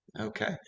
Okay